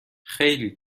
خیلی